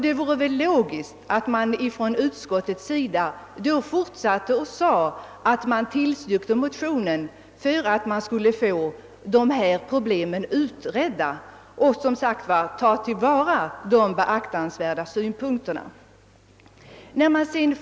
Det hade väl varit logiskt om utskottet fortsatt sitt uttalande med att tillstyrka motionsparet, så att problemen kunde bli utredda och våra »beaktansvärda synpunkter« kunde bli tillgodosedda.